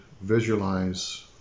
visualize